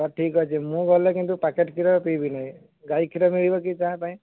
ତ ଠିକ୍ଅଛି ମୁଁ ଗଲେ କିନ୍ତୁ ପ୍ୟାକେଟ୍ କ୍ଷୀର ପିଇବିନାହିଁ ଗାଈ କ୍ଷୀର ମିଳିବ କି ଚାହା ପାଇଁ